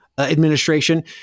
administration